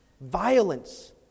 violence